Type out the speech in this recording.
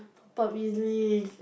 top up E_Z-link